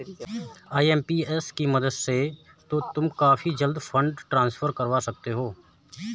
IMPS की मदद से तो तुम काफी जल्दी फंड ट्रांसफर करवा सकते हो